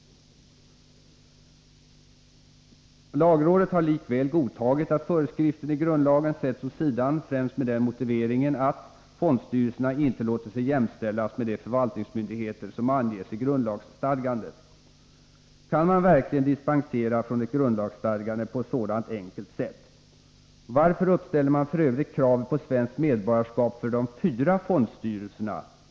Lagrådet har likväl godtagit att föreskriften i grundlagen sätts åt sidan främst med den motiveringen att ”fondstyrelserna inte låter sig jämställas med de förvaltningsmyndigheter som anges i grundlagsstadgandet”. Kan man verkligen dispensera från ett grundlagsstadgande på ett sådant enkelt sätt? Varför uppställer man f. ö. kravet på svenskt medborgarskap för de fyra fondstyrelserna?